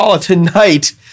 Tonight